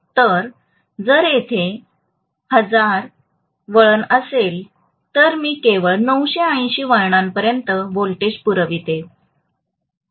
तर जर तेथे 1000 वळण असतील तर मी केवळ 980 वळणांपर्यंत व्होल्टेज पुरवतो